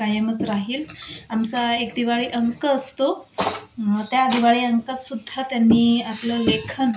कायमच राहील आमचा एक दिवाळी अंक असतो त्या दिवाळी अंकातसुद्धा त्यांनी आपलं लेखन